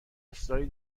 اصراری